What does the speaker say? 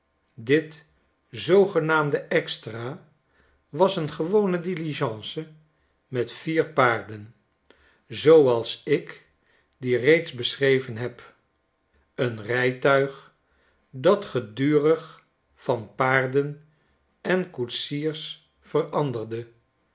dit zoogenaamde extra was een gewone diligence met vier paarden zooals ik die reeds beschreven heb een rijtuig dat gedurig van paarden en koetsiers veranderde